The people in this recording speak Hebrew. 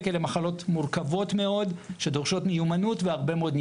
אלה מחלות מורכבות מאוד שדורשות מיומנות והרבה מאוד ניסיון.